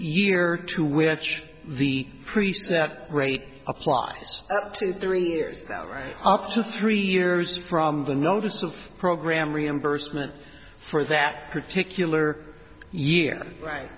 year to which the priest that rate applies to three years up to three years from the notice of program reimbursement for that particular year right